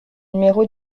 numéro